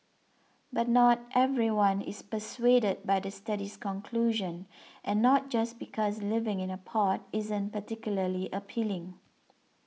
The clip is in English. but not everyone is persuaded by the study's conclusion and not just because living in a pod isn't particularly appealing